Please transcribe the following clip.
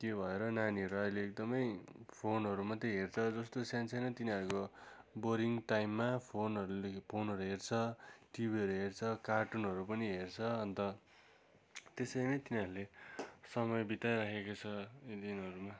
त्यो भएर नानीहरू अहिले एकदमै फोनहरू मात्रै हेर्छ जस्तो सानो सानो तिनीहरूको बोरिङ टाइममा फोनहरूले फोनहरू हेर्छ टिभीहरू हेर्छ कार्टुनहरू पनि हेर्छ अन्त त्यसरी नै तिनीहरूले समय बिताइरहेको छ यी दिनहरूमा